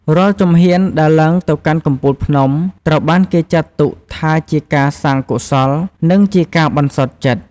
រាល់ជំហានដែលឡើងទៅកាន់កំពូលភ្នំ ត្រូវបានគេចាត់ទុកថាជាការសាងកុសល និងជាការបន្សុទ្ធចិត្ត។